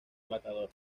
matador